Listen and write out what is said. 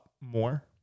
more